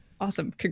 Awesome